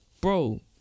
bro